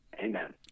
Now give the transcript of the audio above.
Amen